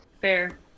Fair